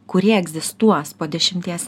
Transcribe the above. kurie egzistuos po dešimties